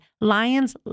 lions